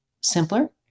simpler